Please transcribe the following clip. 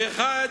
אחד